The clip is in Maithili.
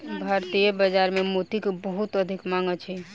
भारतीय बाजार में मोती के बहुत अधिक मांग अछि